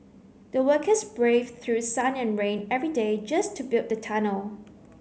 the workers braved through sun and rain every day just to build the tunnel